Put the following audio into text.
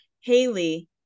Haley